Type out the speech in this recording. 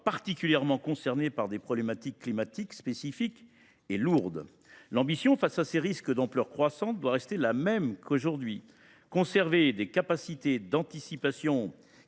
particulièrement concernés par des problématiques climatiques spécifiques et lourdes. Face à ces risques d’ampleur croissante, l’ambition doit rester la même qu’aujourd’hui : il faudra conserver des capacités d’anticipation